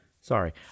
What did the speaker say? sorry